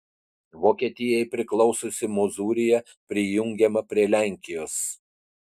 vokietijai priklausiusi mozūrija prijungiama prie lenkijos